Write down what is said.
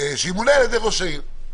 שימונה על ידי ראש העיר.